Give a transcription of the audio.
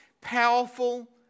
powerful